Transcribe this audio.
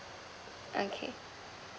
okay